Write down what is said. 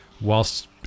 whilst